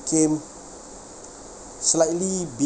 slightly big